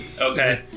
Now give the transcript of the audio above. Okay